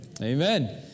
Amen